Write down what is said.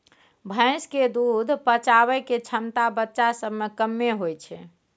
भैंस के दूध पचाबइ के क्षमता बच्चा सब में कम्मे होइ छइ